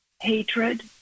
hatred